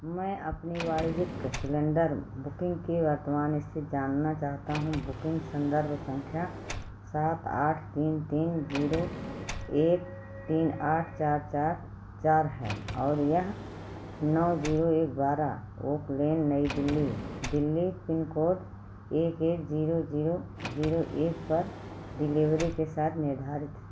मैं अपनी वाणिज्यिक सिलेंडर बुकिंग की वर्तमान स्थिति जानना चाहता हूँ बुकिंग संदर्भ संख्या सात आठ तीन तीन जीरो एक तीन आठ चार चार चार है और यह नौ जीरो एक बारह Oak Lane New Delhi Delhi pin code एक एक जीरो जीरो जीरो एक पर डिलेवरी के साथ निर्धारित